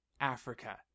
Africa